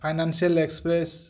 financial express